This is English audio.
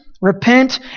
repent